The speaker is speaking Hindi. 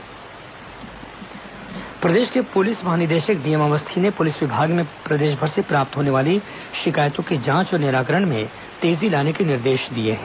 डीजीपी बैठक पुलिस महानिदेशक डी एम अवस्थी ने पुलिस विभाग में प्रदेशभर से प्राप्त होने वाली शिकायतों की जांच और निराकरण में तेजी लाने के निर्देश दिए हैं